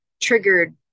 triggered